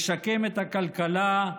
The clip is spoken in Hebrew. לשקם את הכלכלה,